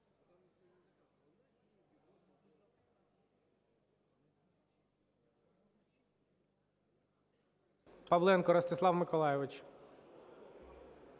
Павленко Ростислав Миколайович.